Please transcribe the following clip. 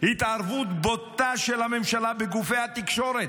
התערבות בוטה של הממשלה בגופי התקשורת.